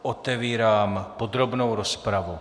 Otevírám podrobnou rozpravu.